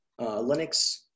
Linux